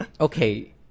okay